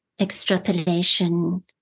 extrapolation